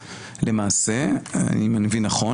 למעשה אם אני מבין נכון,